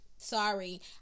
sorry